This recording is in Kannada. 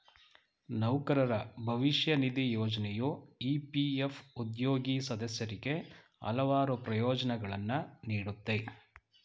ನೌಕರರ ಭವಿಷ್ಯ ನಿಧಿ ಯೋಜ್ನೆಯು ಇ.ಪಿ.ಎಫ್ ಉದ್ಯೋಗಿ ಸದಸ್ಯರಿಗೆ ಹಲವಾರು ಪ್ರಯೋಜ್ನಗಳನ್ನ ನೀಡುತ್ತೆ